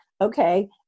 okay